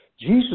Jesus